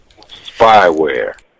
spyware